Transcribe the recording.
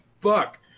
fuck